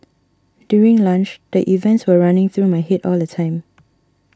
during lunch the events were running through my head all the time